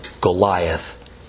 Goliath